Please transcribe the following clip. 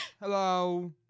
Hello